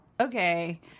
okay